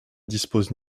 dispose